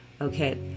okay